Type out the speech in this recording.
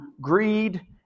greed